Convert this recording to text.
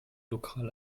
lokal